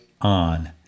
on